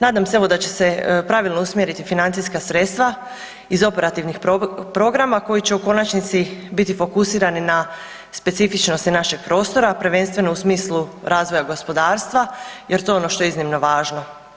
Nadam se evo da će se pravilo usmjeriti financijska sredstva iz operativnih programa koji će u konačnici biti fokusirani na specifičnosti našeg prostora prvenstveno u smislu razvoja gospodarstva jer to je ono što je iznimno važno.